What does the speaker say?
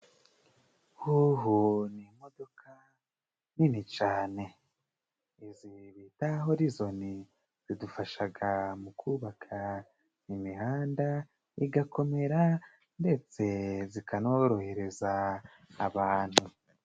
Hoho ni imodoka nini cyane izi ni iza Horizoni, zidufashaga mu kubaka imihanda igakomera ndetse zikanorohereza abantu.